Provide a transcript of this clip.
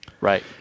Right